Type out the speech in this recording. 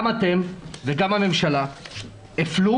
גם ארגונים אלו וגם הממשלה הפלו